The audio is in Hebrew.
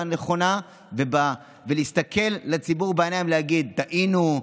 הנכונה ולהסתכל לציבור בעיניים ולהגיד: טעינו,